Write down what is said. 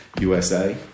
USA